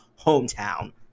hometown